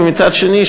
ומצד שני,